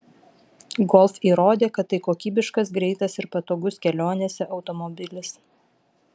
golf įrodė kad tai kokybiškas greitas ir patogus kelionėse automobilis